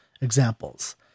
examples